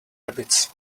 rabbits